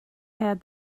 had